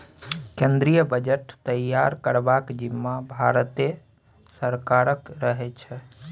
केंद्रीय बजट तैयार करबाक जिम्माँ भारते सरकारक रहै छै